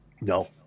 No